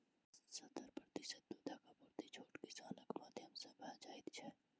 सत्तर प्रतिशत दूधक आपूर्ति छोट किसानक माध्यम सॅ भ जाइत छै